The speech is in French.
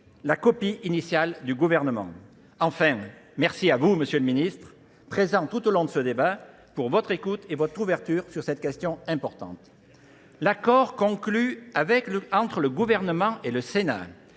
la copie initiale du gouvernement. Enfin, merci à vous Monsieur le Ministre présent tout au long de ce débat pour votre écoute et votre ouverture sur cette question importante. L'accord conclut entre le gouvernement et le Sénat.